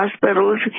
hospitals